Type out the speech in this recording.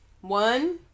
One